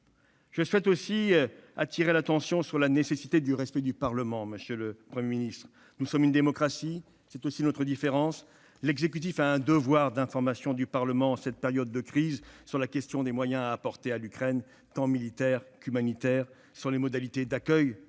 Je souhaite aussi attirer l'attention sur la nécessité du respect du Parlement, monsieur le Premier ministre. Nous sommes une démocratie- c'est aussi notre différence -, et l'exécutif a un devoir d'information du Parlement en cette période de crise sur la question des moyens à apporter à l'Ukraine, tant militaires qu'humanitaires, sur les modalités d'accueil des